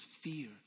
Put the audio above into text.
fear